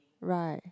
right